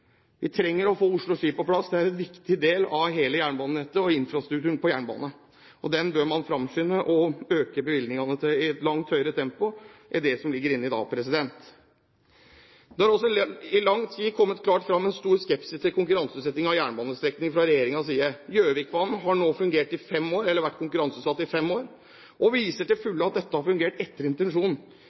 Vi trenger å få Oslo–Ski på plass. Det er en viktig del av hele jernbanenettet og infrastrukturen på jernbanen. Man bør framskynde og øke bevilgningene til det i et langt høyere tempo enn det man gjør i dag. Det har også i lang tid kommet klart fram en stor skepsis til konkurranseutsetting av jernbanestrekninger fra regjeringens side. Gjøvikbanen har nå vært konkurranseutsatt i fem år og viser til fulle at dette har fungert etter intensjonen.